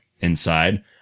inside